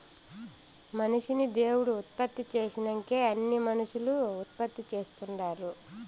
మనిషిని దేవుడు ఉత్పత్తి చేసినంకే అన్నీ మనుసులు ఉత్పత్తి చేస్తుండారు